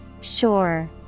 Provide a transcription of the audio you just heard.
Sure